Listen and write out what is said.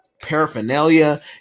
paraphernalia